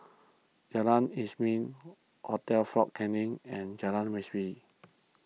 Jalan Isnin Hotel fort Canning and Jalan Masjid